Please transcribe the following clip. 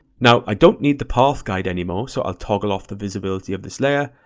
now i don't need the path guide anymore so i'll toggle off the visibility of this layer,